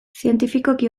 zientifikoki